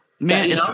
Man